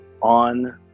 on